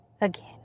again